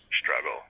struggle